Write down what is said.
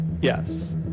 Yes